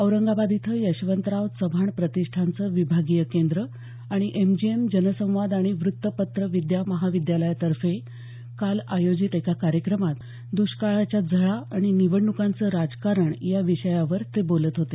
औरंगाबाद इथं यशवंतराव चव्हाण प्रतिष्ठानचं विभागीय केंद्र आणि एमजीएम जनसंवाद आणि वृत्तपत्रविद्या महाविद्यालयातर्फे काल आयोजित दष्काळाच्या झळा आणि निवडणुकांचं राजकारणया विषयावर ते बोलत होते